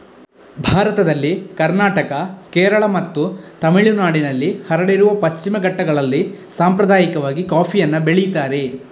ಭಾರತದಲ್ಲಿ ಕರ್ನಾಟಕ, ಕೇರಳ ಮತ್ತು ತಮಿಳುನಾಡಿನಲ್ಲಿ ಹರಡಿರುವ ಪಶ್ಚಿಮ ಘಟ್ಟಗಳಲ್ಲಿ ಸಾಂಪ್ರದಾಯಿಕವಾಗಿ ಕಾಫಿಯನ್ನ ಬೆಳೀತಾರೆ